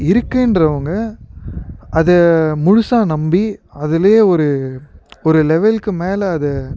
இருக்குன்றவங்க அதை முழுசாக நம்பி அதுலையே ஒரு ஒரு லெவெல்க்கு மேலே அதை